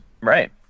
right